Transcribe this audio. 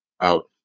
out